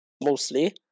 mostly